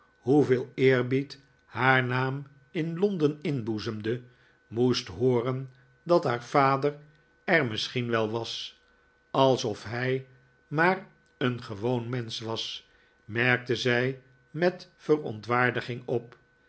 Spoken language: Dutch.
hoeveel eerbied haar naam in londen inboezemde moest hooren dat haar vader er misschien wel was alsof hij maar een gewooo mensch was merkte zij met verontwordiging op